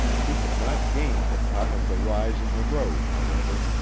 he had not gained the top of the rise in the road, however,